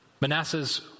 Manasseh's